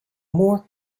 more